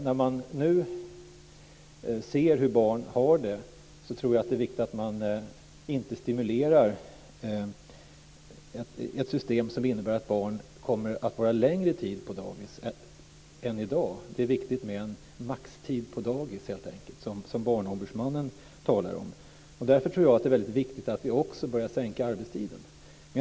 När man nu ser hur barn har det är det, tror jag, viktigt att inte stimulera ett system som innebär att barn får vara längre på dagis än de i dag är. Det är helt enkelt viktigt med maxtid på dagis, som Barnombudsmannen talar om. Därför tror jag att det är väldigt viktigt att vi också börjar sänka arbetstiden.